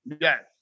Yes